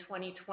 2020